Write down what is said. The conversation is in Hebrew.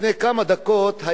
לפני כמה דקות,